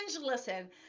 listen